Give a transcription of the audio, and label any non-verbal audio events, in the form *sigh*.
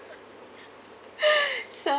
*laughs* so